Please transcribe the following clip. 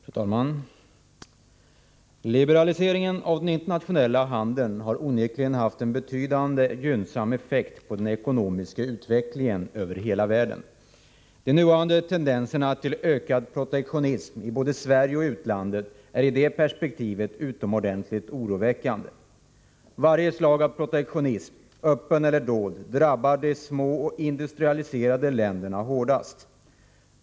Fru talman! Liberaliseringen av den internationella handeln har onekligen haft en betydande gynnsam effekt på den ekonomiska utvecklingen i hela världen. De nuvarande tendenserna till ökad protektionism, i både Sverige och utlandet, är i det perspektivet utomordentligt oroväckande. Varje slag av protektionism — öppen eller dold — drabbar de små och industrialiserade länderna hårdast.